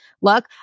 look